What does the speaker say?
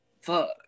fuck